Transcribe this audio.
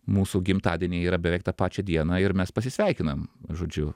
mūsų gimtadieniai yra beveik tą pačią dieną ir mes pasisveikinam žodžiu